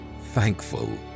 thankful